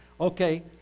Okay